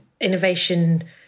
innovation